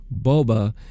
Boba